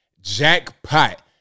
jackpot